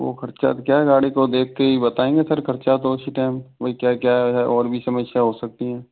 वो खर्चा क्या है गाड़ी को देख के ही बताएंगे सर खर्चा तो उसी टाइम भाई क्या क्या है और भी समस्या हो सकती है